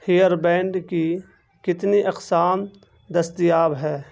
hair band کی کتنی اقسام دستیاب ہیں